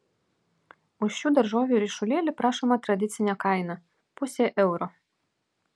už šių daržovių ryšulėlį prašoma tradicinė kaina pusė euro